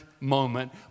moment